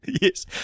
Yes